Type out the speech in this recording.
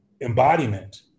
embodiment